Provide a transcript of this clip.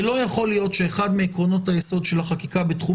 ולא יכול להיות שאחד מעקרונות היסוד של החקיקה בתחום